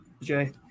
Jay